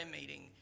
meeting